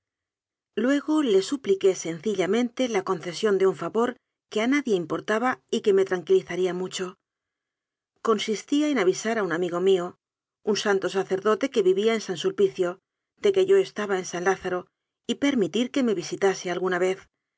luego le supliqué sencillamente la concesión de un favor que a nadie importaba y que me tran quilizaría mucho consistía en avisar a un amigo míoun santo sacerdote que vivía en san sulpiciode que yo estaba en san lázaro y permitir que me visitase alguna vez